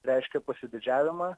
reiškė pasididžiavimą